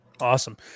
Awesome